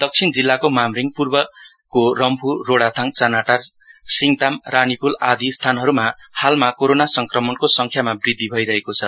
दक्षिण जिल्लाको मामरिङ पूर्वको रम्फु रोराथाङ चानाटार सिङतामि रानीपुल आदी स्थानहरुमा हालमा कोरोना संक्रमणको संख्यामा वृद्धि भइरहेको छ